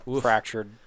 fractured